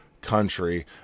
country